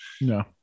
no